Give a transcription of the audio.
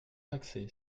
taxés